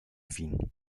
wien